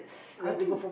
I think